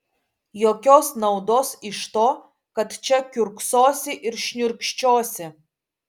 jokios naudos iš to kad čia kiurksosi ir šniurkščiosi